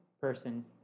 person